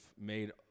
made